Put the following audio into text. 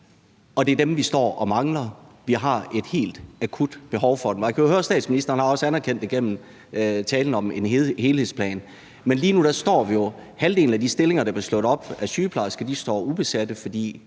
og det er dem, vi står og mangler. Vi har et helt akut behov for det. Man kan høre, at statsministeren også har anerkendt det igennem talen om en helhedsplan, men lige nu står vi jo i den situation, at halvdelen af de sygeplejerskestillinger, der er blevet slået op, er ubesatte, fordi